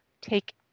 take